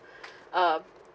um